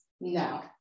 No